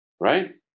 right